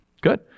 Good